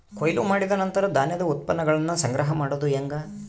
ಕೊಯ್ಲು ಮಾಡಿದ ನಂತರ ಧಾನ್ಯದ ಉತ್ಪನ್ನಗಳನ್ನ ಸಂಗ್ರಹ ಮಾಡೋದು ಹೆಂಗ?